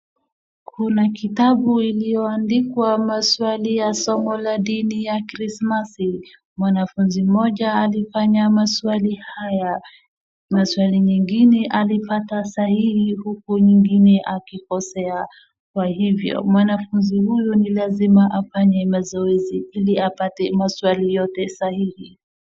Kuna kitabu iliyoandikwa maswali ya somo la dini ya krismasi. Mwanafunzi mmoja alifanya maswali haya. Maswali mengine alipata sahihi huku nyingine akikosea. Kwa hivyo mwanafunzi huyo ni lazima afanye mazoezi ili apate maswali yote sahihi.